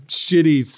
shitty